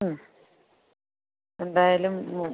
ഉം എന്തായാലും മ്